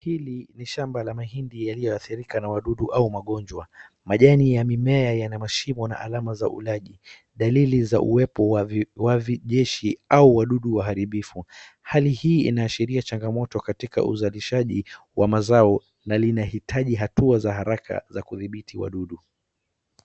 Hili ni shamba la mahindi yaliyo adhirika na wadudu au magonjwa. Majani ya mimea yana mashimo na alama za ulaji. Dalili ya uwepo wa wavijeshi au wadudu waharibifu. Hali hii inaashiria changamoto katika uzalishaji wa mazao na yanahitaji hatua za haraka za kudhibiti wadudu.